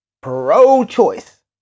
pro-choice